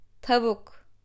tavuk